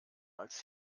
als